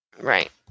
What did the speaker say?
Right